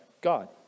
God